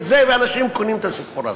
ואנשים קונים את הסיפור הזה.